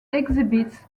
exhibits